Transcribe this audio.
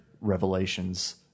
Revelations